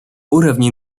уровне